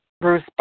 Bruce